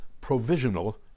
provisional